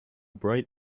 bright